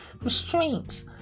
Restraints